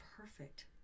perfect